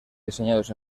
diseñados